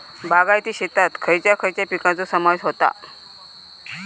बागायती शेतात खयच्या खयच्या पिकांचो समावेश होता?